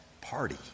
party